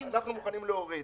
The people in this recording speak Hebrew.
אנחנו מוכנים להוריד.